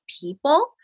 people